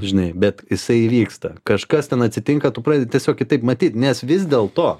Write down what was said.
žinai bet jisai įvyksta kažkas ten atsitinka tu pradedi tiesiog kitaip matyt nes vis dėlto